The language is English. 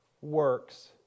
works